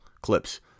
clips